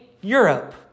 Europe